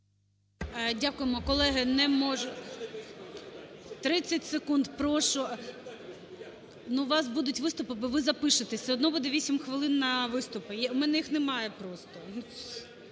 Дякуємо. Колеги, не можу. 30 секунд, прошу. Ну, у вас будуть виступи, ви запишетесь, все одно буде 8 хвилин на виступи. В мене їх немає просто.